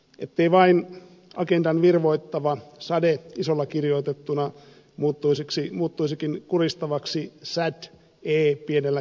ettei vain agendan virvoittava sade isolla kirjoitettuna muuttuisikin kuristavaksi sad eksi pienellä kirjoitettuna